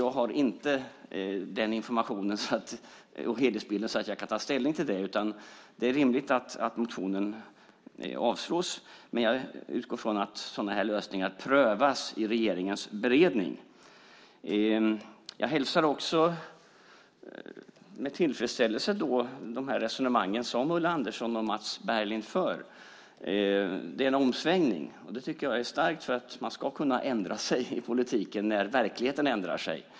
Jag har inte den informationen och helhetsbilden så att jag kan ta ställning till frågan. Det är rimligt att motionen avstyrks, men jag utgår från att sådana lösningar prövas i regeringens beredning. Jag hälsar också med tillfredsställelse de resonemang som Ulla Andersson och Mats Berglind för. Det är en omsvängning. Det är starkt; man ska kunna ändra sig i politiken när verkligheten ändrar sig.